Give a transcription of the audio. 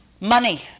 Money